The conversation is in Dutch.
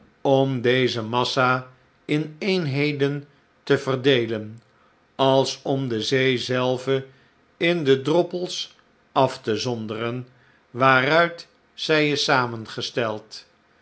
om deze massa in eenheden te verdeelen als om de zee zelve in de droppels af te zonderen waaruit zij is samengesteld